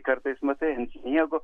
kartais matai ant sniego